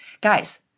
Guys